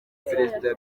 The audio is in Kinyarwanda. perezida